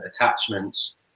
attachments